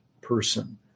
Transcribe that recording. person